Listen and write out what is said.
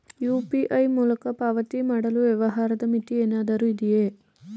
UPI ಮೂಲಕ ಪಾವತಿ ಮಾಡಲು ವ್ಯವಹಾರದ ಮಿತಿ ಏನಾದರೂ ಇದೆಯೇ?